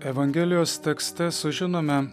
evangelijos tekste sužinome